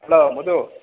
hello ಮದು